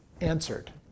answered